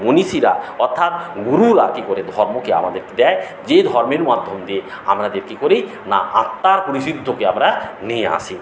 মনীষীরা অর্থাৎ গুরুরা কী করে ধর্মকে আমাদের দেয় যে ধর্মের মাধ্যম দিয়ে আমাদের কী করি না আত্মার পরিশুদ্ধিকে আমরা নিয়ে আসি